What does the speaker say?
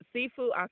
Seafood